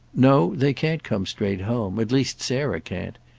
no, they can't come straight home at least sarah can't.